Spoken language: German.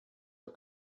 der